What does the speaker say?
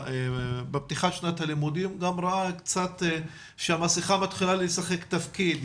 בפתיחת שנת הלימודים גם ראיתי שהמסכה מתחילה לשחק תפקיד,